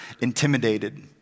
intimidated